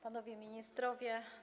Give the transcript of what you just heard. Panowie Ministrowie!